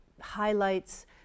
highlights